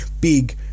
Big